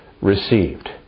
received